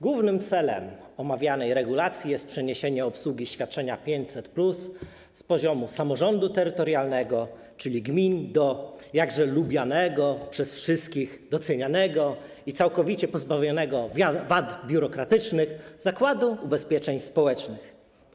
Głównym celem omawianej regulacji jest przeniesienie obsługi świadczenia 500+ z poziomu samorządu terytorialnego, czyli gmin, do jakże lubianego przez wszystkich, docenianego i całkowicie pozbawionego wad biurokratycznych Zakładu Ubezpieczeń Społecznych.